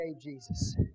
Jesus